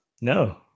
No